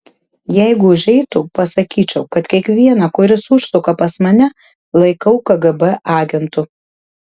jeigu užeitų pasakyčiau kad kiekvieną kuris užsuka pas mane laikau kgb agentu